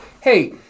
hey